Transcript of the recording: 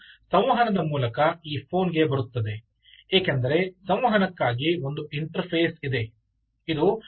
ಅದು ಸಂವಹನದ ಮೂಲಕ ಈ ಫೋನ್ಗೆ ಬರುತ್ತದೆ ಏಕೆಂದರೆ ಸಂವಹನಕ್ಕಾಗಿ ಒಂದು ಇಂಟರ್ಫೇಸ್ ಇದೆ